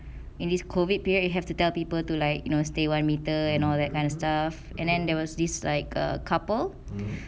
in this COVID period you have to tell people to like you know stay one meter and all that kind of stuff and then there was this like err couple